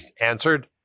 answered